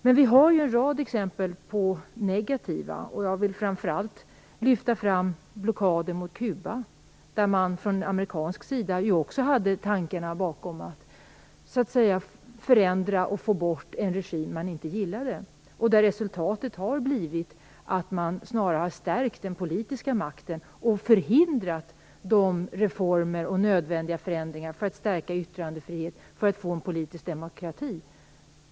Men vi har en rad exempel på negativa, framför allt vill jag lyfta fram blockaden mot Cuba. Från amerikansk sida var tanken bakom blockaden att förändra och få bort en regim som man inte gillade. Resultatet har blivit att man snarast stärkt den politiska makten och förhindrat reformerna och de nödvändiga förändringarna för att stärka yttrandefrihet och för att få en politisk demokrati.